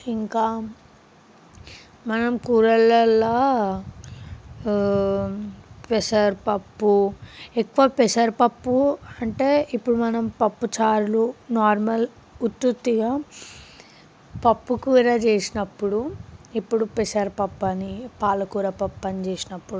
ఇంకా మనం కూరలల్లో పెసరపప్పు ఎక్కువ పెసరపప్పు అంటే ఇప్పుడు మనం పప్పుచారులు నార్మల్ ఉత్తుత్తిగా పప్పు కూర చేసినప్పుడు ఇప్పుడు పెసరపప్పు అని పాలకూర పప్పు అని చేసినప్పుడు